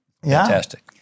fantastic